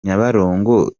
nyabarongo